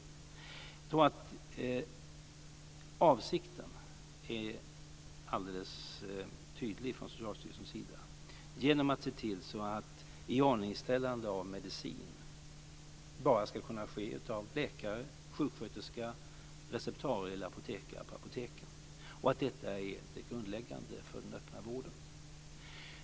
Jag tror att avsikten är alldeles tydlig från Socialstyrelsens sida genom att se till att iordningställande av medicin bara ska kunna ske av läkare eller sjuksköterska eller av receptarie eller apotekare på apoteken och att detta är det grundläggande för den öppna vården.